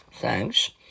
Thanks